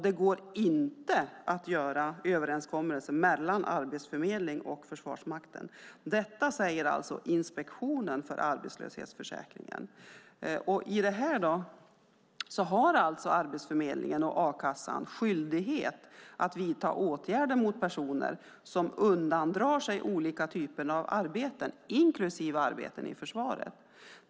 Det går inte att göra överenskommelser mellan Arbetsförmedlingen och Försvarsmakten. Detta säger Inspektionen för arbetslöshetsförsäkringen. I detta har alltså Arbetsförmedlingen och a-kassan skyldighet att vidta åtgärder mot personer som undandrar sig olika typer av arbeten, inklusive arbeten i försvaret.